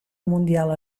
mundial